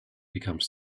become